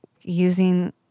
using